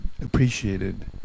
appreciated